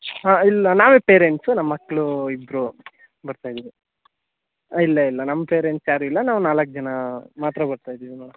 ಹಾಂ ಇಲ್ಲ ನಾವೇ ಪೇರೆಂಟ್ಸು ನಮ್ಮ ಮಕ್ಕಳು ಇಬ್ಬರು ಬರ್ತಾ ಇದ್ದೀವಿ ಹಾಂ ಇಲ್ಲ ಇಲ್ಲ ನಮ್ಮ ಪೇರೆಂಟ್ಸ್ ಯಾರೂ ಇಲ್ಲ ನಾವು ನಾಲ್ಕು ಜನ ಮಾತ್ರ ಬರ್ತಾ ಇದ್ದೀವಿ ಮೇಡಮ್